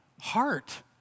heart